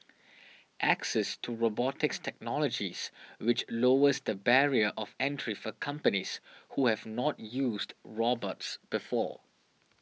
access to robotics technologies which lowers the barrier of entry for companies who have not used robots before